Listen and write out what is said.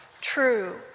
true